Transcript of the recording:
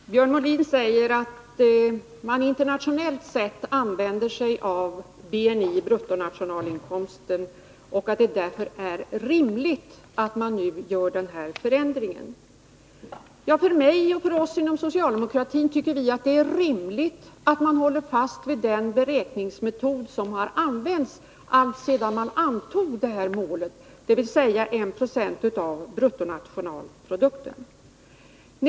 Herr talman! Björn Molin säger att man internationellt sett använder sig av BNI, dvs. bruttonationalinkomsten, och att det därför är rimligt att man nu gör den här förändringen. Inom socialdemokratin tycker vi att det är rimligt att man håller fast vid den beräkningsmetod som har använts alltsedan man antog det här målet, dvs. 1 20 av bruttonationalprodukten.